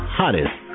hottest